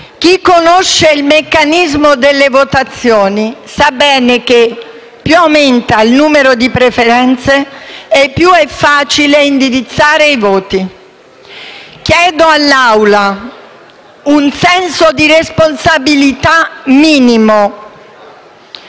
Chi conosce il meccanismo delle votazioni sa bene che più aumenta il numero di preferenze e più è facile indirizzare i voti. Chiedo all'Aula un senso di responsabilità minimo.